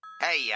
Hey